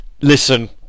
listen